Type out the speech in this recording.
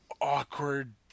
awkward